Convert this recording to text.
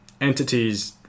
entities